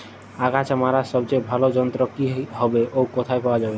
আগাছা মারার সবচেয়ে ভালো যন্ত্র কি হবে ও কোথায় পাওয়া যাবে?